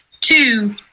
Two